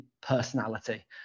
personality